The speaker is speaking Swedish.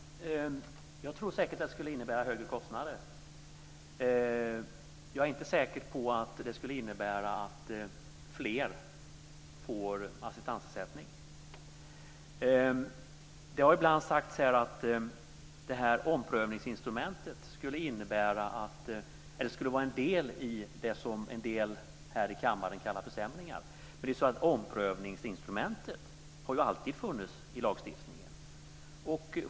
Fru talman! Jag tror säkert att det skulle innebära högre kostnader. Jag är inte säker på att det skulle innebära att fler får assistansersättning. Det har ibland sagts att omprövningsinstrumentet skulle vara en del i vad några här i kammaren kallar för försämringar. Men omprövningsinstrumentet har alltid funnits i lagstiftningen.